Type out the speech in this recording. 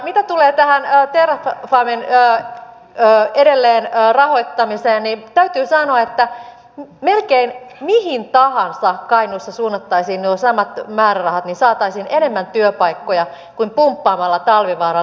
mitä tulee tähän terrafamen edelleenrahoittamiseen niin täytyy sanoa että jos melkein mihin tahansa kainuussa suunnattaisiin nuo samat määrärahat niin saataisiin enemmän työpaikkoja kuin pumppaamalla talvivaaran likakaivoon